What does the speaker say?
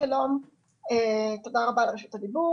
תודה רבה על רשות הדיבור,